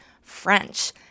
French